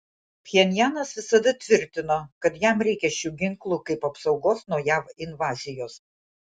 pchenjanas visada tvirtino kad jam reikia šių ginklų kaip apsaugos nuo jav invazijos